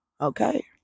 Okay